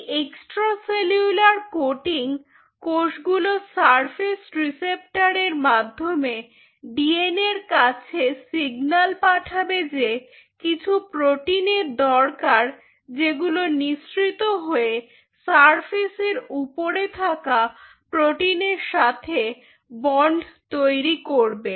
এই extra cellular coating কোষগুলোর surface receptor এর মাধ্যমে DNA এর কাছে সিগন্যাল পাঠাবে যে কিছু প্রোটিনের দরকার যেগুলো নিঃসৃত হয়ে সারফেসের উপরে থাকা প্রোটিনের সাথে বন্ড তৈরি করবে